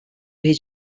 his